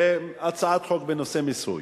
על הצעת חוק בנושא מיסוי?